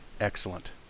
excellent